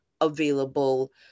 available